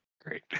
great